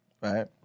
right